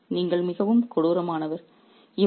கடவுளால் நீங்கள் மிகவும் கொடூரமானவர்